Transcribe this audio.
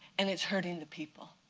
and it's hurting the people.